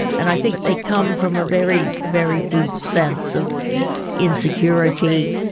and i think they come from a very, very deep sense of insecurity,